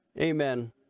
Amen